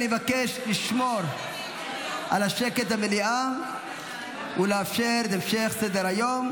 אני מבקש לשמור על השקט במליאה ולאפשר את המשך סדר-היום.